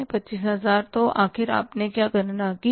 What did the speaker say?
25000 तो आखिर आपने क्या गणना की है